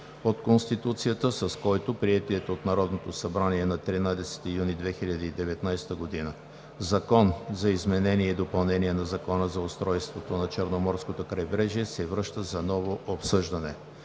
от Конституцията, с който приетият от Народното събрание на 13 юни 2019 г. Закон за изменение и допълнение на Закона за устройството на Черноморското крайбрежие се връща за ново обсъждане.